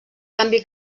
canvi